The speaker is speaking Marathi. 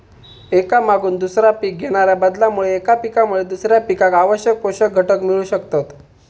एका मागून दुसरा पीक घेणाच्या बदलामुळे एका पिकामुळे दुसऱ्या पिकाक आवश्यक पोषक घटक मिळू शकतत